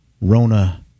Rona